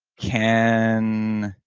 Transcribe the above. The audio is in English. can,